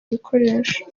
ibikoresho